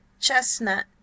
chestnut